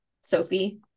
sophie